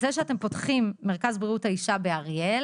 זה שאתם פותחים מרכז לבריאות האישה באריאל